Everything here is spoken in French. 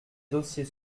dossiers